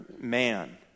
man